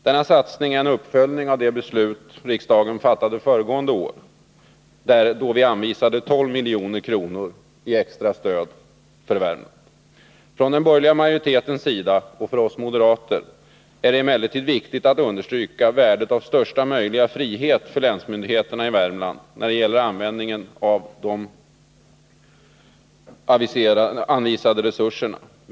Denna satsning är en uppföljning av de beslut riksdagen fattade föregående år, då vi anvisade 12 milj.kr. i extra stöd till Värmland. För den borgerliga majoriteten, och för oss moderater, är det emellertid viktigt att understryka värdet av största möjliga frihet för länsmyndigheterna i Värmland när det gäller användningen av de anvisade resurserna.